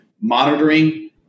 monitoring